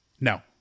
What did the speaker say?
No